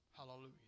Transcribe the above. Hallelujah